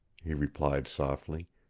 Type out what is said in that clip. he replied softly.